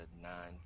nine